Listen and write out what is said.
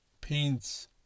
paints